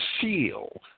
seal